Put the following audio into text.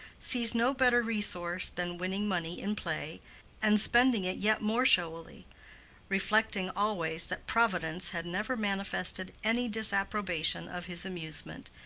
sees no better resource than winning money in play and spending it yet more showily reflecting always that providence had never manifested any disapprobation of his amusement,